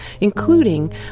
including